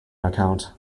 account